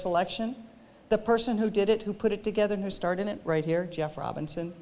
selection the person who did it who put it together who started it right here jeff robinson